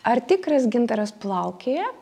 ar tikras gintaras plaukioja